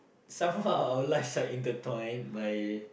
somehow our lives are intertwined by